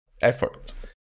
efforts